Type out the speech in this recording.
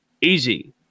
easy